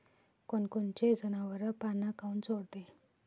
कोनकोनचे जनावरं पाना काऊन चोरते?